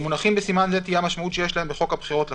למונחים בסימן זה תהיה המשמעות שיש להם בחוק הבחירות לכנסת.